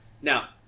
Now